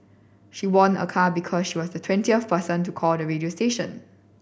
she won a car because she was the twentieth person to call the radio station